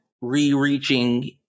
re-reaching